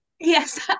Yes